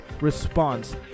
response